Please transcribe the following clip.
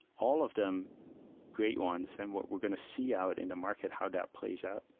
all of them great ones, and what we're going to see out in the market how that plays out,